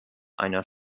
einer